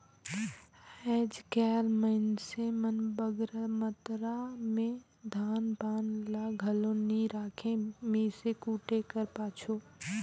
आएज काएल मइनसे मन बगरा मातरा में धान पान ल घलो नी राखें मीसे कूटे कर पाछू